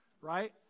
Right